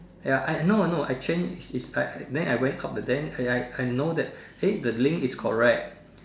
ya I know I know I change it right then I went up the then I I know that eh the link is correct